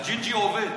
הג'ינג'י עובד.